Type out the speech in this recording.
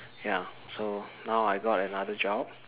ya so now I got another job